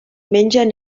mengen